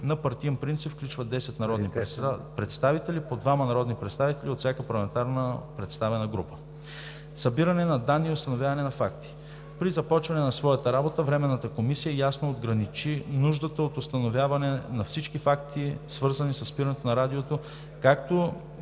на паритетен принцип включва 10 народни представители – по двама народни представители от всяка парламентарно представена група. II. Събиране на данни и установяване на факти При започване на своята работа Временната комисия ясно отграничи нуждата от установяване на всички факти, свързани със спирането на радиото, както и